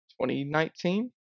2019